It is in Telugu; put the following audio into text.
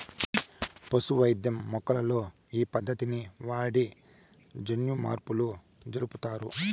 పశు వైద్యం మొక్కల్లో ఈ పద్దతిని వాడి జన్యుమార్పులు జరుపుతారు